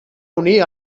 unir